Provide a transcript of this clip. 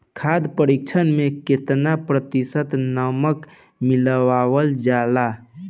खाद्य परिक्षण में केतना प्रतिशत नमक मिलावल जाला?